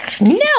No